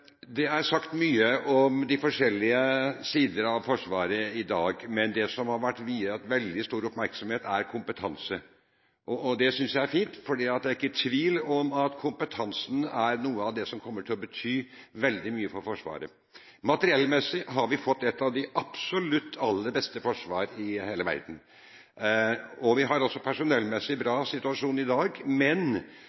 Det er sagt mye om de forskjellige sider av Forsvaret i dag. Men det som har vært viet veldig stor oppmerksomhet, er kompetanse. Det synes jeg er fint, for det er ikke tvil om at kompetansen er noe av det som kommer til å bety veldig mye for Forsvaret. Materiellmessig har vi fått et av de absolutt aller beste forsvar i verden. Vi har også en personellmessig bra